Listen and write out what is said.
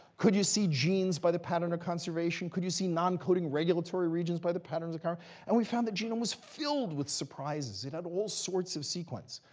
could you see genes by the pattern or conservation? could you see non-coding regulatory regions by the patterns of con and we found the genome was filled with surprises. it had all sorts of sequence.